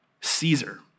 Caesar